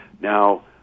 Now